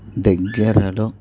దగ్గరలో